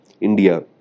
India